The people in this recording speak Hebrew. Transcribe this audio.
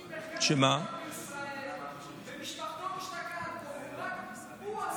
אם מרכז חייו בישראל ומשפחתו משתקעת פה, ורק הוא,